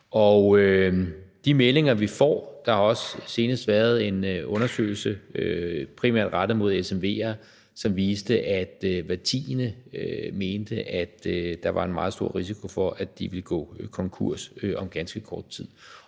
Og de meldinger, vi får – og der har også senest været en undersøgelse primært rettet mod SMV'er – viser, at hver tiende mener, at der er en meget stor risiko for, at de vil gå konkurs om ganske kort tid.